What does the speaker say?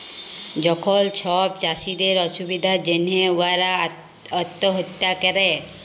যখল ছব চাষীদের অসুবিধার জ্যনহে উয়ারা আত্যহত্যা ক্যরে